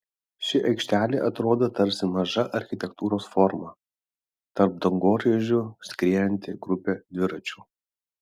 ši aikštelė atrodo tarsi maža architektūros forma tarp dangoraižių skriejanti grupė dviračių